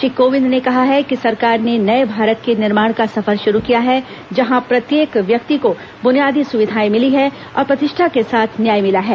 श्री कोविंद ने कहा है कि सरकार ने नए भारत के निर्माण का सफर शुरू किया है जहां प्रत्येक व्यक्ति को बुनियादी सुविधाएं मिली हैं और प्रतिष्ठा के साथ न्याय मिला है